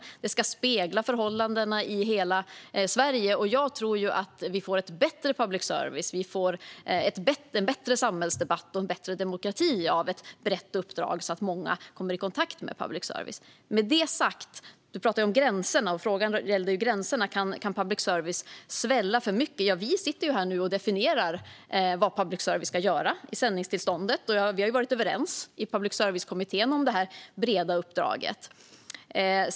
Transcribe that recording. Public service ska spegla förhållandena i hela Sverige. Jag tror att vi får en bättre public service, en bättre samhällsdebatt och en bättre demokrati av ett brett uppdrag så att många kommer i kontakt med public service. Roland Utbult frågade om gränserna, om public service kan svälla för mycket. Ja, vi sitter här nu och definierar i sändningstillståndet vad public service ska göra. Vi har varit överens i Public service-kommittén om det breda uppdraget.